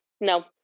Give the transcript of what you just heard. no